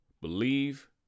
Believe